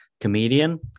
comedian